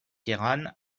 queyranne